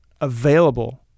available